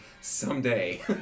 Someday